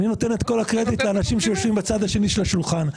אני נותן את כל הקרדיט לאנשים שיושבים בצד השני של השולחן.